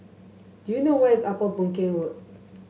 do you know where is Upper Boon Keng Road